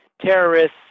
Terrorists